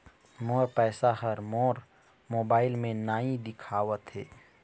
मोर पैसा ह मोर मोबाइल में नाई दिखावथे